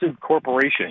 corporation